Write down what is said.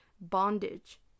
bondage